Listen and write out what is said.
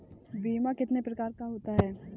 बीमा कितने प्रकार का होता है?